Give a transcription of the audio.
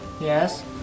Yes